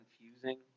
confusing